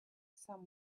some